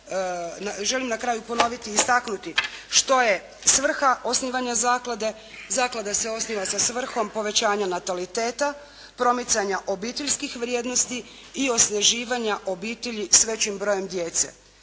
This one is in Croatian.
želim na kraju ponoviti i istaknuti što je svrha osnivanja zaklade. Zaklada se osniva sa svrhom povećanja nataliteta, promicanja obiteljskih vrijednosti i osnaživanja obitelji s većim brojem djece